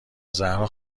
زهرا